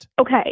Okay